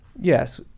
Yes